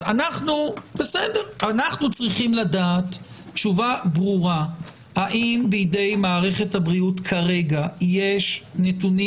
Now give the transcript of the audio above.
אנחנו צריכים לדעת תשובה ברורה האם בידי מערכת הבריאות כרגע יש נתונים